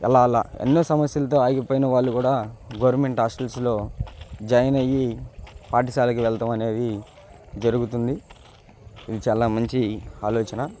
అలా అలా ఎన్నో సమస్యలతో ఆగిపోయిన వాళ్ళు కూడా గవర్నమెంట్ హాస్టల్స్లో జాయిన్ అయ్యి పాఠశాలకి వెళ్తామనేది జరుగుతుంది ఇది చాలా మంచి ఆలోచన